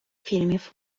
фільмів